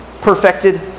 perfected